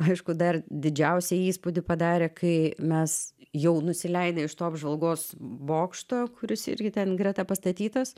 aišku dar didžiausią įspūdį padarė kai mes jau nusileidę iš to apžvalgos bokšto kuris irgi ten greta pastatytas